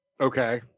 Okay